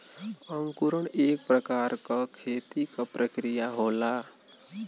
अंकुरण एक प्रकार क खेती क प्रक्रिया होला